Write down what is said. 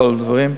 כל הדברים.